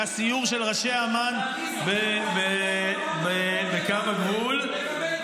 היה סיור של ראשי אמ"ן בקו הגבול -- ואני זוכר --- לקבל את